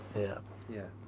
yeah yeah,